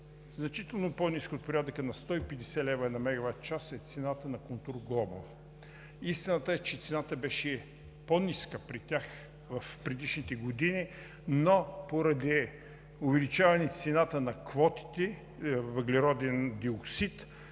Значително по-ниска – от порядъка на 150 лв. за мегаватчас, е цената на „Контур Глобал“. Истината е, че цената беше по-ниска при тях в предишните години, но поради увеличаване цената на квотите – въглероден диоксид,